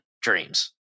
dreams